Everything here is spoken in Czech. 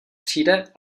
přijde